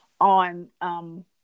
on